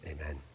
amen